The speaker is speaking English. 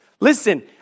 Listen